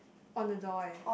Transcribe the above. on the door eh